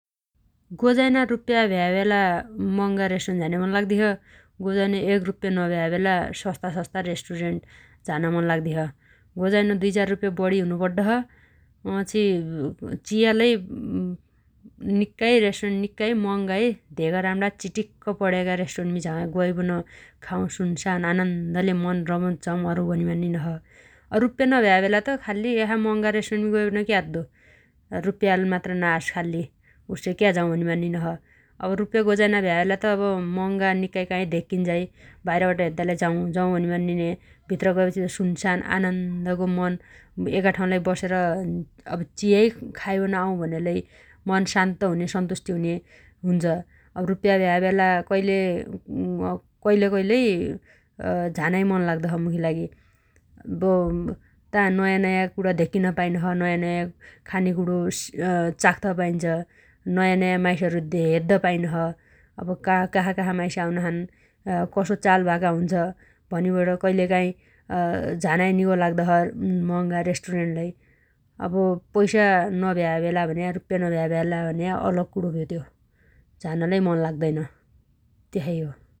गोजाइना रुप्प्या भ्याबेला मह‌गा रेष्टुरेन्ट झान्या मन लाग्दी छ । गोजाइनो एक रुप्प्या नभ्या बेला सस्ता सस्ता रेष्टुरेन्ट झान्या मन लाग्दी छ । गोजाइनो दुइचार रुप्प्या बढि हुनु पड्डोछ वछी चिया लै निक्काइ रेष्टुरेन्ट निक्काइ मह‌गाइ धेग राम्रा चिटिक्क पणेगा रेष्टुरेन्टमी झा_गैबन खाउ सुनसान आनन्दले मन रमझम अरु भनी मान्निनोछ । अब रुप्प्या नभ्याबेला त खाल्ली यसा मह‌गा रेष्टुरेन्टमी गैबन क्याद्दो रुप्प्या मात्र नास खाल्ली उस्सै क्या झाउ भनि मान्निनो छ । अब रुप्प्या गोजाइना भ्याबेला त अब मह‌गा निक्काइ काइ धेक्कीन्झाइ बाइरबट हेद्दालै झाउझाउ भनिमान्निन्या भित्र गएपछि त सुनसान आनन्दगो मन एगाठाउलाइ बसेर अब चियै खाइबन आउ भन्यालै मन शान्त हुन्या सन्तुष्टि हुन्या हुन्छ । रुप्प्या भ्या बेला कइले कैलै झानाइ मन लाग्दो छ मुखी लागि । अब ता नयाँ नयाँ कुणो धेक्किन पाइनो छ । नयाँ नयाँ खानेकुणो चाख्त पाइनो छ । नयाँ नयाँ माइसहरु हेद्द पाइनो छ । अब कासाकासा माइस आउनाछन् कसो चालभाका हुन्छ भनिबट कइलकाइ झानाइ निगो लाग्दो छ मह‌गा रेष्टुरेन्ट लै । अब पैसा नभ्याबेला भन्या रुप्प्या नभ्या बेला भन्या अलग कुणो भ्यो त्यो । झान लै मन लाग्दैन । तेसै हो।